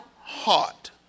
heart